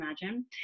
imagine